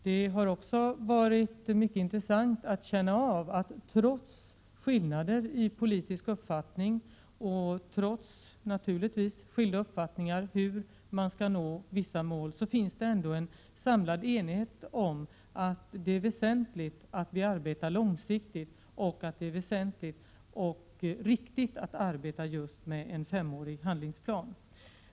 Det har också varit mycket intressant att känna av att det, trots skillnader i politisk uppfattning och trots skilda uppfattningar om hur man skall nå vissa mål, finns en samlad enighet om att det är väsentligt att arbeta långsiktigt och att det är väsentligt och riktigt att arbeta med just en femårig handlingsplan.